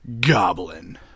Goblin